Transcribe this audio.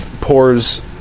pours